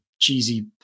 cheesy